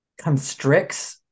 constricts